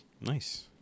Nice